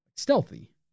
Stealthy